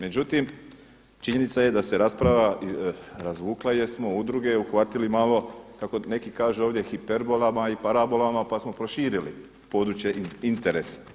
Međutim činjenica je da se rasprava razvukla jer smo udruge uhvatili malo kako neki kažu ovdje hiperbolama i parabolama, pa smo proširili područje interesa.